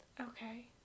Okay